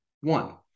one